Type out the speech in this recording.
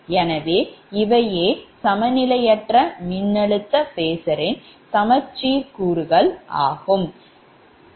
எனவே இவையே சமநிலையற்ற மின்னழுத்த phasorரின் சமச்சீர் கூறுகள் ஆகும்